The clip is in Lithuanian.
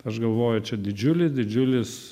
aš galvoju čia didžiulis didžiulis